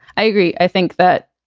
i agree. i think that,